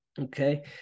okay